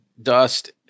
Dust